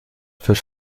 führt